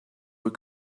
were